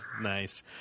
nice